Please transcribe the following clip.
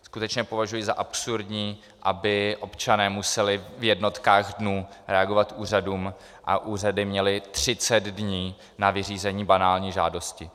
Skutečně považuji za absurdní, aby občané museli v jednotkách dnů reagovat úřadům a úřady měly 30 dní na vyřízení banální žádosti.